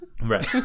Right